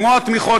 כמו התמיכות.